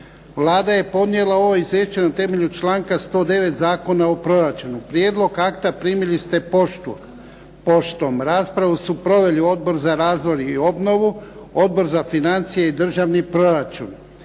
Vlada je podnijela ovo izvješće na temelju članka 109. Zakona o proračunu. Prijedlog akta primili ste poštom. Raspravu su proveli Odbor za razvoj i obnovu, Odbor za financije i državni proračun.